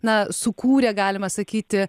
na sukūrė galima sakyti